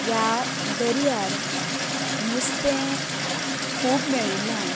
ह्या दर्यार नुस्तें खूब मेळिल्ल्यान